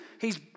hes